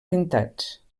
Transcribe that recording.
pintats